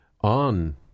on